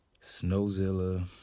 Snowzilla